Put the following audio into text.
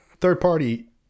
third-party